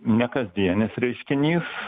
ne kasdienis reiškinys